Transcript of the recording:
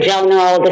General